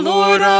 Lord